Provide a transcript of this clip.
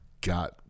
got